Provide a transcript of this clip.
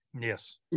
yes